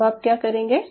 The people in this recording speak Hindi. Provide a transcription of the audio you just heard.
अब आप क्या करेंगे